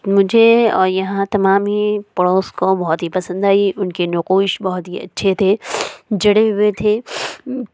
مجھے اور یہاں تمام ہی پڑوس کو بہت ہی پسند آئی ان کے نقوش بہت ہی اچھے تھے جڑے ہوئے تھے